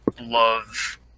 love